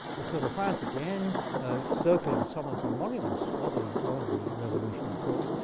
the tour de france at the end circled some of the monuments of the of the revolution, of course.